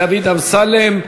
תודה לחבר הכנסת דוד אמסלם.